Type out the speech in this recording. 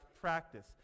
practice